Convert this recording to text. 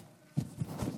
אדוני